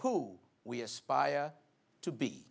who we aspire to be